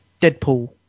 Deadpool